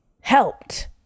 helped